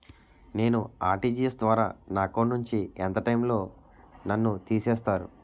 నేను ఆ.ర్టి.జి.ఎస్ ద్వారా నా అకౌంట్ నుంచి ఎంత టైం లో నన్ను తిసేస్తారు?